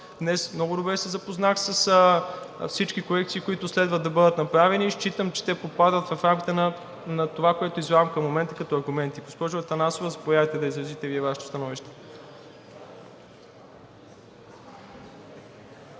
днес много добре се запознах с всички корекции, които следва да бъдат направени, и считам, че те попадат в рамките на това, което излагам в момента като аргументи. Госпожо Атанасова, заповядайте да изразите и Вие Вашето становище.